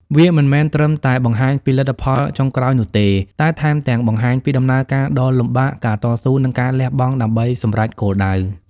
វាមិនមែនត្រឹមតែបង្ហាញពីលទ្ធផលចុងក្រោយនោះទេ តែថែមទាំងបង្ហាញពីដំណើរការដ៏លំបាក ការតស៊ូ និងការលះបង់ដើម្បីសម្រេចគោលដៅ។